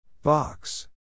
Box